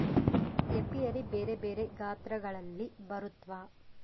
apiary ಬೆರೆ ಬೆರೆ ಗಾತ್ರಗಳಲ್ಲಿ ಬರುತ್ವ